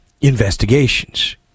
investigations